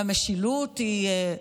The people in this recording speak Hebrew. והמשילות היא,